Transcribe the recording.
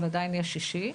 אבל עדיין יהיה שישי,